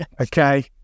Okay